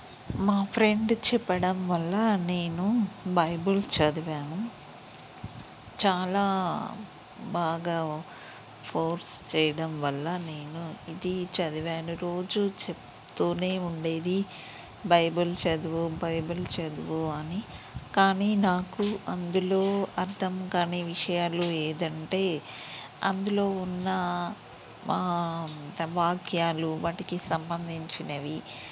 మా ఫ్రెండ్ చెప్పడం వల్ల నేను బైబిల్ చదివాను చాలా బాగా ఫోర్స్ చేయడం వల్ల నేను ఇది చదివాను రోజు చెప్తూనే ఉండేది బైబిల్ చదువు బైబిల్ చదువు అని కానీ నాకు అందులో అర్థం కాని విషయాలు ఏదంటే అందులో ఉన్న వాక్యాలు వాటికి సంబంధించినవి